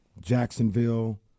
Jacksonville